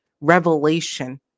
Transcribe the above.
revelation